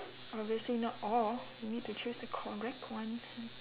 obviously not all you need to choose the correct one